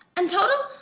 and toto?